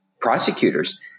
prosecutors